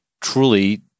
truly